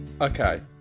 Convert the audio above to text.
Okay